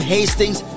Hastings